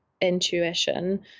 intuition